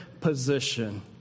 position